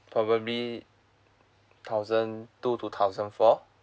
probably thousand two to thousand four